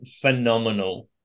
phenomenal